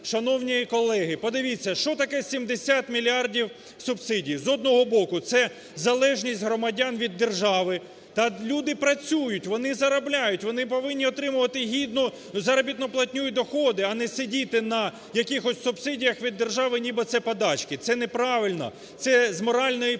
Шановні колеги, подивіться, що таке 70 мільярдів субсидій? З одного боку, це залежність громадян від держави. Та люди працюють, вони заробляють, вони повинні отримувати гідну заробітну платню і доходи, а не сидіти на якихось субсидіях від держави ніби це подачки. Це неправильно. Це з моральної і